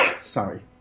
Sorry